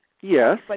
Yes